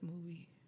movie